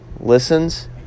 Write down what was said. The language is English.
listens